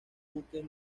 buques